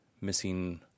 missing